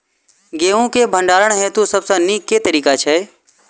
गेंहूँ केँ भण्डारण हेतु सबसँ नीक केँ तरीका छै?